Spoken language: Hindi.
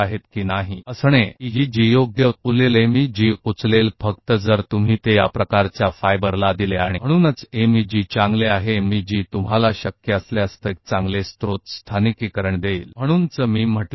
ईईजी सही उठाएगा एमईजी केवल तभी उठाएगा जब आप इसे इस प्रकार के फाइबर को देखते हैं और यही कारण है कि एमईजी बेहतर है यदि आप कर सकते हैं तो एमईजी बेहतर स्रोत स्थानीयकरण देता है